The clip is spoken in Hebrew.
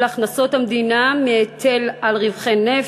הכנסות המדינה מהיטל על רווחי נפט,